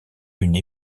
une